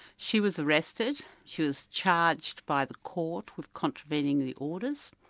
she was arrested, she was charged by the court with contravening the orders,